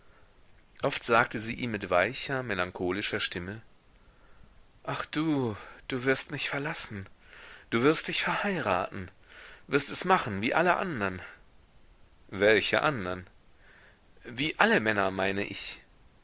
oft sagte sie ihm mit weicher melancholischer stimme ach du du wirst mich verlassen du wirst dich verheiraten wirst es machen wie alle andern welche andern wie alle männer meine ich